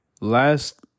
Last